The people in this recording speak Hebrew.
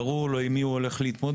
ברור לו עם מי הוא הולך להתמודד.